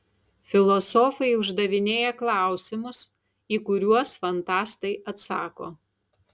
filosofai uždavinėja klausimus į kuriuos fantastai atsako